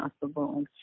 possible